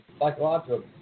psychological